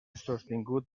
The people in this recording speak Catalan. sostingut